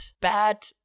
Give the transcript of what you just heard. bad